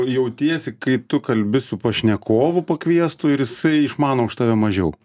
jautiesi kai tu kalbi su pašnekovu pakviestu ir jisai išmano už tave mažiau